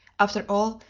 after all,